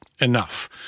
enough